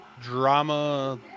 drama